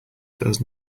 does